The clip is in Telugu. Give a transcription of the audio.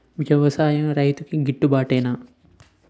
వ్యవసాయం రైతుకి గిట్టు బాటునేదు